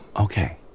Okay